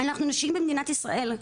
אנחנו נשים במדינת ישראל.